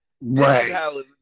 Right